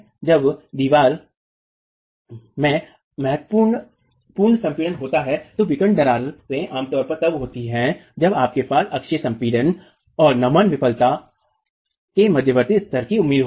जब दीवार में महत्वपूर्ण पूर्व संपीड़न होते हैं तो विकर्ण दरारें आमतौर पर तब होती है जब आपके पास अक्षीय संपीड़न और नमन विफलता के मध्यवर्ती स्तर की उम्मीद होती है